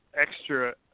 extra